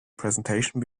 presentation